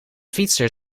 fietser